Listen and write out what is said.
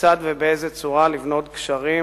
כיצד ובאיזה צורה לבנות גשרים,